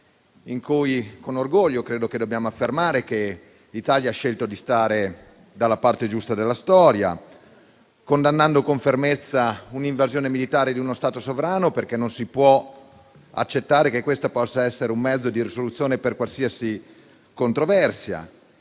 che, con orgoglio, dobbiamo affermare che l'Italia ha scelto di stare dalla parte giusta della storia, condannando con fermezza un'invasione militare di uno Stato sovrano, perché non si può accettare che questa possa essere un mezzo di risoluzione per qualsiasi controversia.